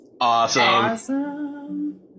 Awesome